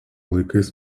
laikais